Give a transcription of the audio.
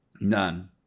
none